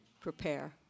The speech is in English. Prepare